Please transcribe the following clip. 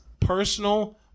personal